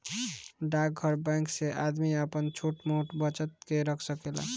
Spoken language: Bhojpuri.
डाकघर बैंक से आदमी आपन छोट मोट बचत के रख सकेला